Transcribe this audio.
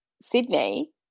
Sydney